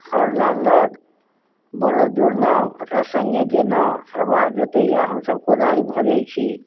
हर लदलक बड़द जोड़लहुँ ओकरा सङ्गे गेलहुँ हरवाह जोतैए हमसभ कोदारि भँजैत छी